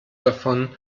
davon